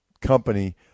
company